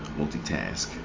multitask